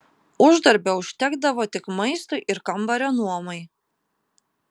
uždarbio užtekdavo tik maistui ir kambario nuomai